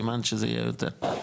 סימן שזה יהיה יותר.